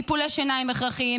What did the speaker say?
טיפולי שיניים הכרחיים,